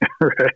Right